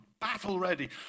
battle-ready